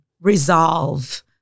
resolve